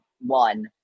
one